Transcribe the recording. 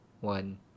one